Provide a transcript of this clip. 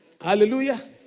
Hallelujah